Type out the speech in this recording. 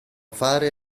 fare